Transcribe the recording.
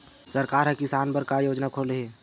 सरकार ह किसान बर का योजना खोले हे?